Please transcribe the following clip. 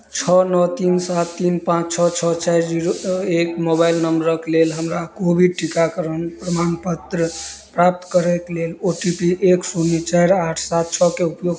छओ नओ तीन सात तीन पाँच छओ छओ चारि जीरो एक मोबाइल नम्बरके लेल हमरा कोविड टीकाकरण प्रमाणपत्र प्राप्त करैके लेल ओ टी पी एक शून्य चारि आठ सात छओके उपयोग